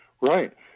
Right